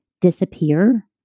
disappear